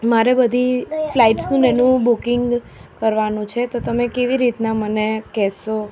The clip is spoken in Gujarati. મારે બધી ફ્લાઇટ્સનું ને એનું બુકિંગ કરવાનું છે તો તમે કેવી રીતના મને કહેશો